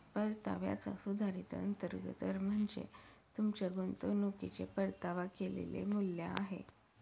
परताव्याचा सुधारित अंतर्गत दर म्हणजे तुमच्या गुंतवणुकीचे परतावा केलेले मूल्य आहे